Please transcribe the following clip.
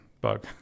bug